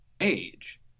age